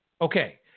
Okay